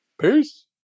peace